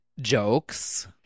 jokes